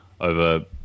over